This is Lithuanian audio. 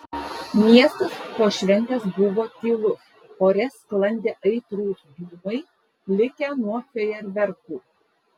miestas po šventės buvo tylus ore sklandė aitrūs dūmai likę nuo fejerverkų